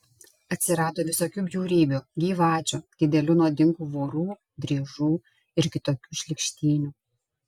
atsirado visokių bjaurybių gyvačių didelių nuodingų vorų driežų ir kitokių šlykštynių